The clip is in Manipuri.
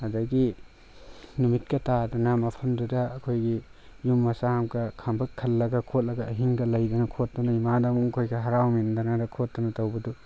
ꯑꯗꯒꯤ ꯅꯨꯃꯤꯠꯀ ꯇꯥꯗꯅ ꯃꯐꯝꯗꯨꯗ ꯑꯩꯈꯣꯏꯒꯤ ꯌꯨꯝ ꯃꯆꯥ ꯑꯃꯒ ꯈꯥꯡꯄꯣꯛ ꯈꯜꯂꯒ ꯈꯣꯠꯂꯒ ꯑꯍꯤꯡꯒ ꯂꯩꯗꯅ ꯈꯣꯠꯇꯅ ꯏꯃꯥꯟꯅꯕ ꯃꯈꯣꯏꯒ ꯍꯔꯥꯎꯃꯤꯟꯅꯗꯅ ꯈꯣꯠꯇꯅ ꯇꯧꯕꯗꯨ